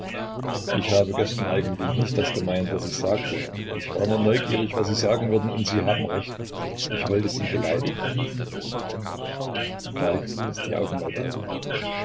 ich habe gestern eigentlich nicht das gemeint was ich sagte ich war nur neugierig was sie sagen würden und sie haben recht ich wollte sie beleidigen falk riß die augen weit auf